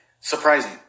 Surprising